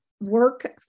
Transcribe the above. work